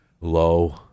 low